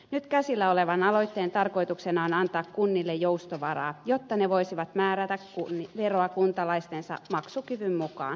nyt käsillä olevan aloitteen tarkoituksena on antaa kunnille joustovaraa jotta ne voisivat määrätä veroa kuntalaistensa maksukyvyn mukaan